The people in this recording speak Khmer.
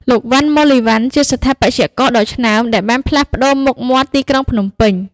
លោក វណ្ណ មូលីវណ្ណ ជាស្ថាបត្យករដ៏ឆ្នើមដែលបានផ្លាស់ប្តូរមុខមាត់ទីក្រុងភ្នំពេញ។